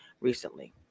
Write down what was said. recently